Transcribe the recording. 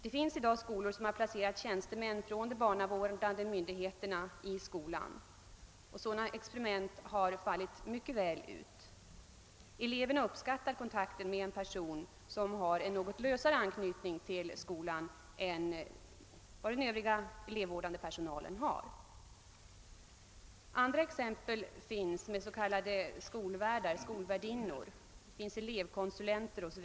I en del fall har man placerat tjänstemän från barnavårdande myndighet i skolan. Sådana experiment har givit mycket goda resultat. Eleverna uppskattar kontakten med personer som har en något lösare anknytning till skolan än övrig elevvårdande personal. Andra exempel är s.k. skolvärdar eller skolvärdinnor, elevkonsulenter o.s.